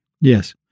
Yes